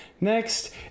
Next